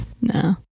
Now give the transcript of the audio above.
No